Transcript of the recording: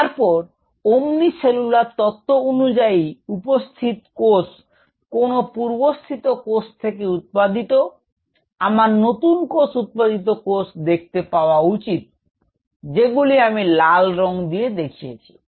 তারপর omni cellule তত্ব অনুযায়ী উপস্থিত কোষ কোনও পূর্বস্থিত কোষ থেকে উৎপাদিত আমার নতুন উৎপাদিত কোষ দেখতে পাওয়া উচিত যেগুলি আমি লাল রঙ দিয়ে দেখিয়েছি